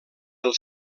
del